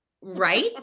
Right